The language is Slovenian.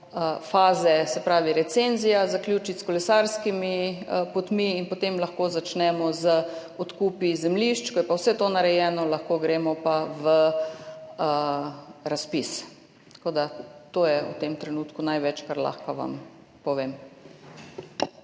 faze recenzije, zaključiti s kolesarskimi potmi in potem lahko začnemo z odkupi zemljišč. Ko je pa vse to narejeno, lahko gremo pa v razpis. Tako da to je v tem trenutku največ, kar vam lahko povem.